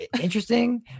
interesting